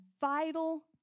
vital